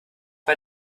bei